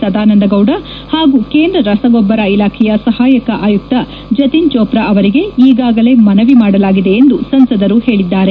ಸದಾನಂದಗೌಡ ಹಾಗೂ ಕೇಂದ್ರ ರಸಗೊಬ್ಬರ ಇಲಾಖೆಯ ಸಹಾಯಕ ಆಯುಕ್ತ ಜತಿನ್ಚೋಪ್ರಾ ಅವರಿಗೆ ಈಗಾಗಲೇ ಮನವಿ ಮಾಡಲಾಗಿದೆ ಎಂದು ಸಂಸದರು ಹೇಳಿದ್ದಾರೆ